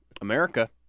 America